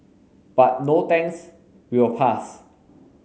but no thanks we'll pass